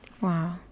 Wow